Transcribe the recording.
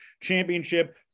Championship